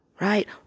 right